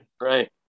Right